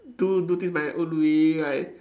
do do things my own way like